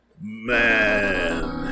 Man